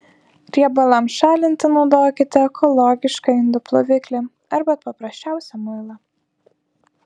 riebalams šalinti naudokite ekologišką indų ploviklį arba paprasčiausią muilą